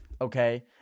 okay